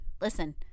listen